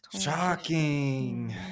Shocking